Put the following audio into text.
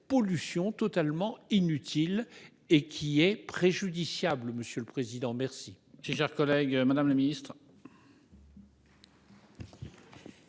pollution totalement inutile et qui est préjudiciable. Monsieur le président. Merci.